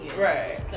Right